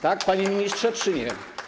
Tak, panie ministrze, czy nie?